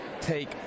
take